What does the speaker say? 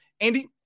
Andy